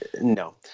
No